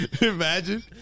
Imagine